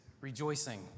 rejoicing